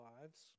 lives